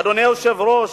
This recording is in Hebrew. אדוני היושב-ראש,